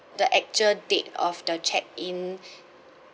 the actual date of the check in